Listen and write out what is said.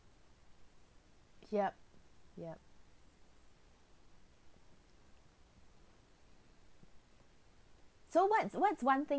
yup yup so what what's one thing